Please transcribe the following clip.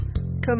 Come